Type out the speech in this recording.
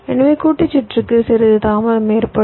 எனவே கூட்டு சுற்றுக்கு சிறிது தாமதம் ஏற்படும்